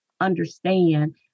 understand